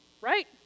right